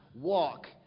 Walk